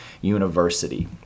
university